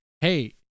hey